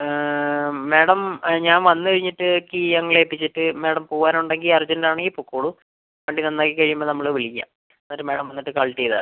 madam ഞാൻ വന്ന് കഴിഞ്ഞിട്ട് കീ അങ്ങ് ഏല്പിച്ചിട്ട് മാഡം പോവാൻ ഉണ്ടെങ്കീ അർജൻറ്റ് ആണെങ്കിൽ പൊക്കോളൂ വണ്ടി നന്നാക്കി കഴിയുമ്പോൾ നമ്മള് വിളിക്കാം എന്നിട്ട് മാഡം വന്നിട്ട് കളക്ട് ചെയ്താൽ മതി